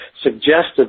suggested